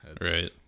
Right